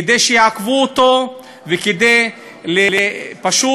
כדי שיעכבו אותו וכדי פשוט